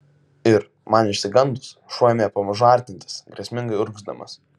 ir man išsigandus šuo ėmė pamažu artintis grėsmingai urgzdamas